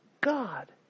God